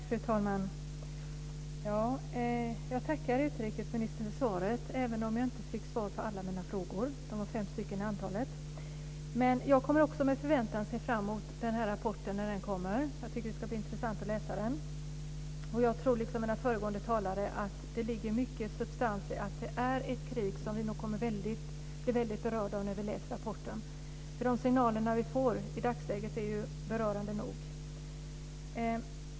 Fru talman! Jag tackar utrikesministern för svaren, även om jag inte fick svar på alla mina frågor som var fem till antalet. Jag ser med förväntan fram emot den här rapporten. Det ska bli intressant att läsa den. Liksom föregående talare tror jag att det ligger mycket substans i att det rör sig om ett krig som vi kommer att bli väldigt berörda av när vi läser rapporten. De signaler vi får i dagsläget är berörande nog.